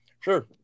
Sure